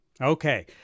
Okay